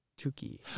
Tuki